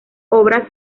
obras